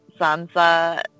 Sansa